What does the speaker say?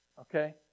Okay